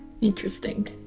Interesting